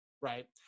right